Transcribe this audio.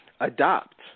adopt